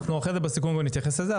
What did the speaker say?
אנחנו אחרי זה בסיכום נתייחס לזה,